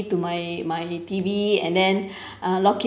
to my my T_V and then uh log